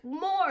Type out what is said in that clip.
more